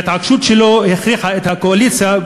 וההתעקשות שלו הכריחה את הקואליציה,